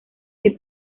que